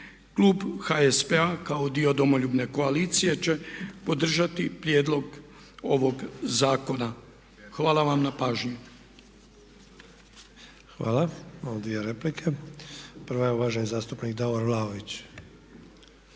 Klub HSP-a kao dio Domoljubne koalicije će podržati prijedlog ovog zakona. Hvala vam na pažnji. **Sanader, Ante (HDZ)** Hvala. Ovdje imamo dvije replike. Prva je uvaženi zastupnik Davor Vlaović.